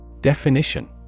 Definition